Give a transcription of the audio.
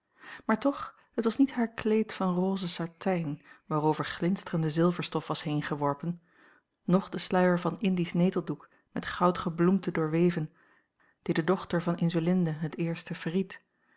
maar toch het was niet haar kleed van rose satijn waarover glinsterende zilverstof was heengeworpen noch de sluier van indisch neteldoek met goud gebloemte doorweven die de dochter van insulinde het eerst verried